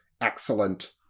excellent